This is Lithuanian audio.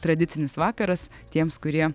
tradicinis vakaras tiems kurie